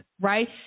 right